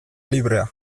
librea